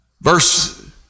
Verse